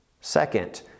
second